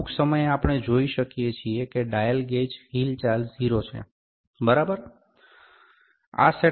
તેથી અમુક સમયે આપણે જોઈ શકીએ છીએ કે ડાયલ ગેજ હિલચાલ 0 બરાબર હોવી જોઈએ